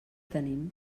tenim